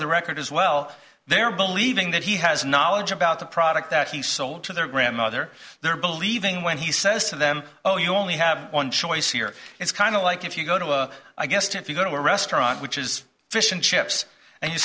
of the record as well they're believing that he has knowledge about the product that he sold to their grandmother they're believing when he says to them oh you only have one choice here it's kind of like if you go to a guest if you go to a restaurant which is fish and chips and you